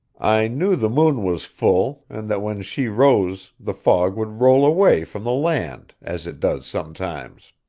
i knew the moon was full, and that when she rose the fog would roll away from the land, as it does sometimes.